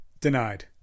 Denied